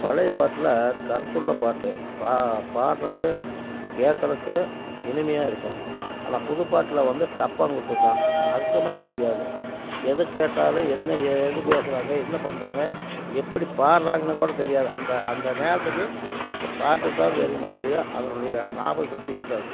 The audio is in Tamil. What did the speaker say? பழைய பாட்டில் கருத்துள்ள பாட்டு பா பாடுறதுக்கு கேட்கறக்கு இனிமையாக இருக்கும் ஆனால் புதுப்பாட்டில் வந்து டப்பாங்குத்து தான் அர்த்தம் புரியாது எது கேட்டாலும் என்ன எது பேசுகிறாங்க என்ன பண்ணுறாங்க எப்படி பாடுறாங்கன்னு கூட தெரியாது அந்த அந்த நேரத்துக்கு அந்த பாட்டுதான் தெரியும் ஒழிய அதனுடைய ஞாபகம் சக்தி இருக்காது